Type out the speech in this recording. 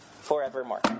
forevermore